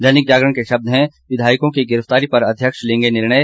दैनिक जागरण के शब्द हैं विधायकों की गिरफ्तारी पर अध्यक्ष लेंगे निर्णय